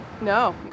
no